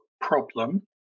problem